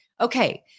okay